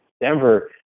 Denver